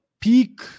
peak